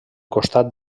costat